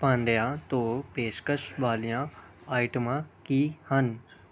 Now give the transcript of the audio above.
ਭਾਂਡਿਆਂ ਤੋਂ ਪੇਸ਼ਕਸ਼ ਵਾਲੀਆਂ ਆਈਟਮਾਂ ਕੀ ਹਨ